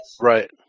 Right